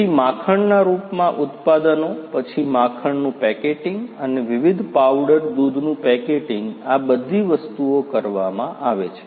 તેથી માખણના રૂપમાં ઉત્પાદનો પછી માખણનું પેકેટિંગ અને વિવિધ પાવડર દૂધનું પેકેટિંગ આ બધી વસ્તુઓ કરવામાં આવે છે